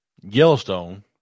Yellowstone